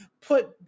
put